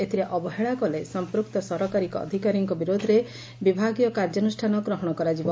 ଏଥିରେ ଅବହେଳା କଲେ ସଂପୂକ୍ତ ସରକାରୀ ଅଧିକାରୀଙ୍କ ବିରୋଧରେ ବିଭାଗୀୟ କାର୍ଯ୍ୟାନୁଷ୍ଠାନ ଗ୍ରହଶ କରାଯିବ